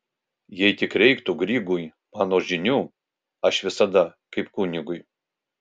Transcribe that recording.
jei tik reiktų grygui mano žinių aš visada kaip kunigui